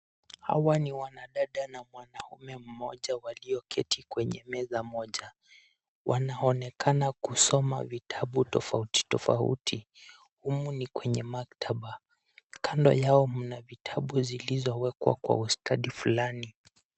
Hawa ni wanadada na mwanamume mmoja walioketi kwenye meza moja. Wanaonekana kusoma vitabu tofauti tofauti. Humu ni kwenye maktaba. Kando yao mna vitabu vilivyowekwa kwa ustadi fulani.